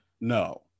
No